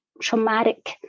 traumatic